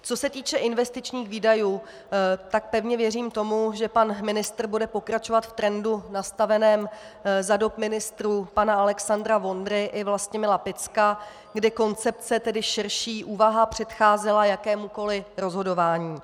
Co se týče investičních výdajů, tak pevně věřím tomu, že pan ministr bude pokračovat v trendu nastaveném za dob ministrů pana Alexandra Vondry i Vlastimila Picka, kdy koncepce, tedy širší úvaha, předcházela jakémukoli rozhodování.